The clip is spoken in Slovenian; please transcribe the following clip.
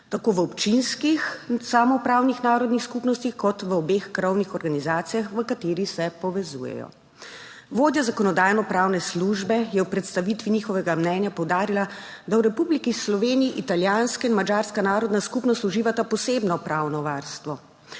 tako v občinskih samoupravnih narodnih skupnostih kot v obeh krovnih organizacijah, v kateri se povezujejo. Vodja Zakonodajno-pravne službe je v predstavitvi njihovega mnenja poudarila, da v Republiki Sloveniji italijanska in madžarska narodna skupnost uživata posebno pravno varstvo.